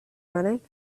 running